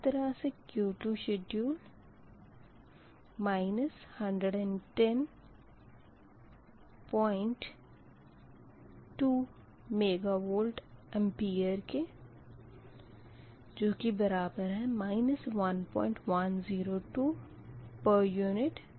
इसी तरह से Q2 शेड्युल बराबर है Qg2 QL2 यानी कि 30 1402 बराबर 1102 पर यूनिट के